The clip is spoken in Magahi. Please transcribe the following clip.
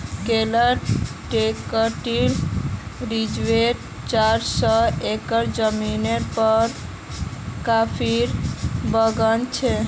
केरलत ट्रैंक्विल रिज़ॉर्टत चार सौ एकड़ ज़मीनेर पर कॉफीर बागान छ